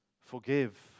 Forgive